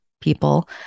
people